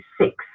six